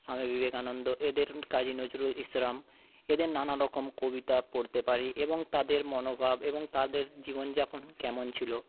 স্বামী বিবেকানন্দ এদের কাজী নজরুল ইসলাম এদের নানারকম কবিতা পড়তে পারি এবং তাঁদের মনোভাব এবং তাঁদের জীবনযাপন কেমন ছিলো